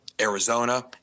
Arizona